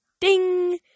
DING